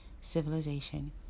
civilization